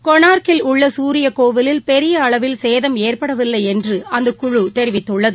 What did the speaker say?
கொனார்க்கில் உள்ளகுரியக் கோவிலில் பெரியஅளவில் சேதம் ஏற்படவில்லைஎன்றுஅந்த குழு தெரிவித்துள்ளது